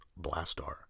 Blastar